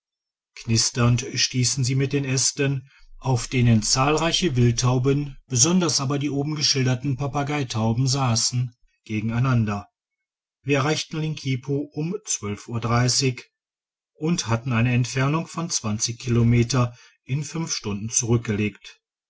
knisternd stiessen sie mit den aesten auf denen zahlreiche wildtauben besonders aber die oben geschilderten papagaitauben sassen gegeneinander wir erreichten linkipo um und hatten eine entfernung von kilometer in fünf stunden zurückgelegt